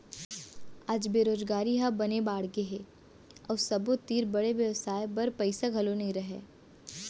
आज बेरोजगारी ह बने बाड़गे गए हे अउ सबो तीर बड़े बेवसाय बर पइसा घलौ नइ रहय